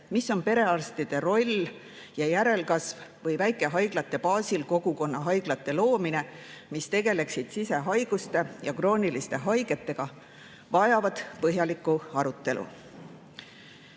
mis on perearstide roll ja järelkasv või väikehaiglate baasil kogukonna haiglate loomine, mis tegeleksid sisehaiguste ja krooniliste haigetega, vajavad põhjalikku